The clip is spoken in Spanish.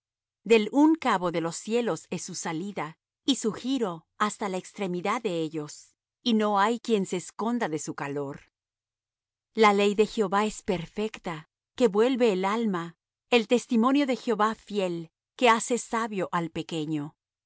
del un cabo de los cielos es su salida y su giro hasta la extremidad de ellos y no hay quien se esconda de su calor la ley de jehová es perfecta que vuelve el alma el testimonio de jehová fiel que hace sabio al pequeño